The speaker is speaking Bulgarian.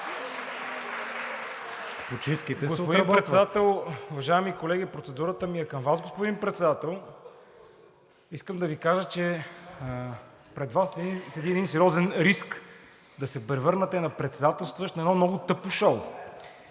НЕНКОВ (ГЕРБ-СДС): Господин Председател, уважаеми колеги! Процедурата ми е към Вас, господин Председател. Искам да Ви кажа, че пред Вас седи един сериозен риск да се превърнете на председателстващ на едно много тъпо шоу.